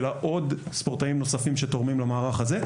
אלא עוד ספורטאים נוספים שתורמים למערך הזה,